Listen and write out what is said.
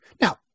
Now